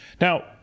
Now